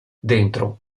dentro